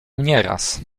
nieraz